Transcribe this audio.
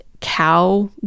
cow